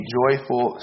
joyful